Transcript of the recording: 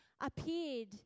appeared